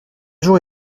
jour